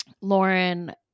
Lauren